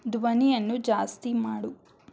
ಧ್ವನಿಯನ್ನು ಜಾಸ್ತಿ ಮಾಡು